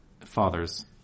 father's